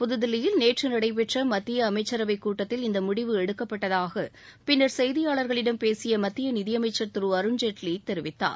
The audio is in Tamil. புதுதில்லியில் நேற்று நடைபெற்ற மத்திய அமைச்சரவைக் கூட்டத்தில் இந்த முடிவு எடுக்கப்பட்டதாக பின்னர் செய்தியாளர்களிடம் பேசிய மத்திய நிதியமைச்சர் திரு அருண்ஜேட்வி கூறினார்